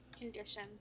condition